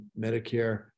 Medicare